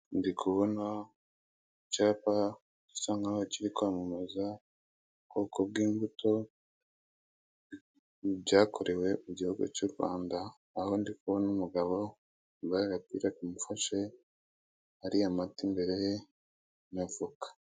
Ndi kubona icyapa gisa nkaho kiri kwamamaza ubwoko bw'imbuto byakorewe mu gihugu cy'u rwanda aho ndiho n'umugabo wambaye agapira kamufashe hari amata imbere ye n'avoka.